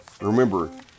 Remember